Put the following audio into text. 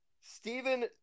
Stephen